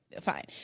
fine